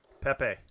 Pepe